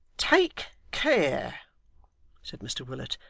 take care said mr willet,